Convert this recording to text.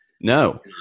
no